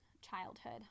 childhood